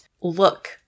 look